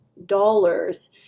Dollars